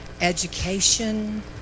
education